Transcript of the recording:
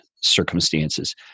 circumstances